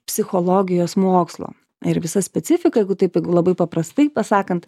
psichologijos mokslo ir visa specifika jeigu taip labai paprastai pasakant